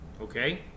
Okay